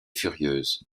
furieuses